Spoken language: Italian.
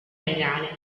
legale